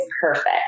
perfect